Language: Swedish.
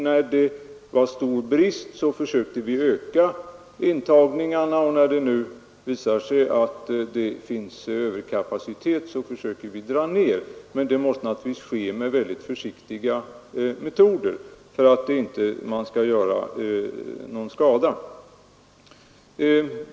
När det rådde stor brist på lärare försökte vi utöka intagningarna, och när det nu visar sig att det finns överkapacitet försöker vi dra ned. Men det måste naturligtvis ske med försiktighet för att man inte skall göra någon skada.